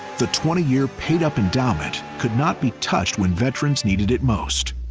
the twenty year paid up endowment could not be touched when veterans needed it most.